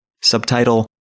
subtitle